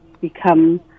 become